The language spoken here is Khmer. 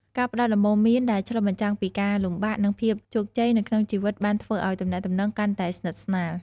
ការផ្តល់ដំបូន្មានដែលឆ្លុះបញ្ចាំងពីការលំបាក និងភាពជោគជ័យនៅក្នុងជីវិតបានធ្វើឲ្យទំនាក់ទំនងកាន់តែស្និទ្ធស្នាល។